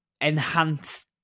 enhance